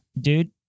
Dude